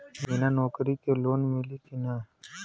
बिना नौकरी के लोन मिली कि ना?